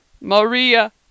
Maria